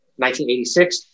1986